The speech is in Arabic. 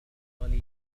الأفضل